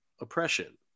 oppression